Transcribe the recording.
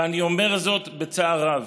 ואני אומר זאת בצער רב.